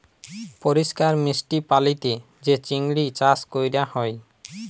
পরিষ্কার মিষ্টি পালিতে যে চিংড়ি চাস ক্যরা হ্যয়